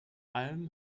alm